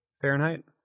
Fahrenheit